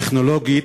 טכנולוגית,